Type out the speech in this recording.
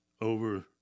over